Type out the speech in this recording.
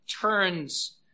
turns